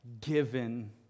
given